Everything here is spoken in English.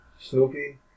Snoopy